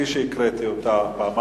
כפי שהקראתי את שמה פעמיים,